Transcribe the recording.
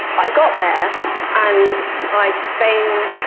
i got there and i feigned.